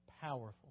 powerful